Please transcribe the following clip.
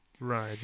Right